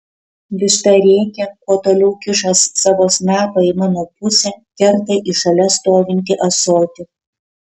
višta rėkia kuo toliau kiša savo snapą į mano pusę kerta į šalia stovintį ąsotį